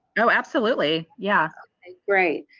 oh absolutely yeah ah great.